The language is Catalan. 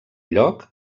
lloc